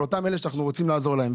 על אותם אלה שאנחנו רוצים לעזור להם.